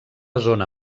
zona